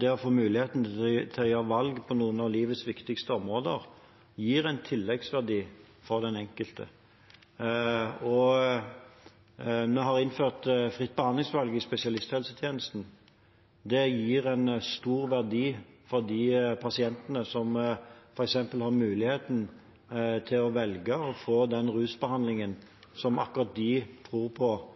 Det å få muligheten til å gjøre valg på noen av livets viktigste områder gir en tilleggsverdi for den enkelte. Vi har innført fritt behandlingsvalg i spesialisthelsetjenesten. Det gir en stor verdi for de pasientene som f.eks. har mulighet til å velge å få den rusbehandlingen som akkurat de tror